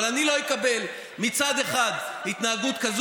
אבל אני לא אקבל מצד אחד התנהגות כזאת